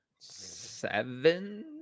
seven